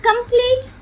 complete